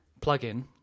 plugin